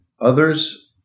Others